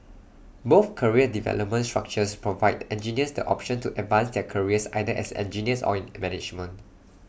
both career development structures provide engineers the option to advance their careers either as engineers or in management